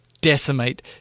decimate